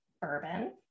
bourbon